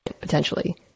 potentially